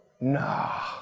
nah